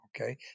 okay